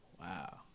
wow